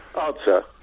Answer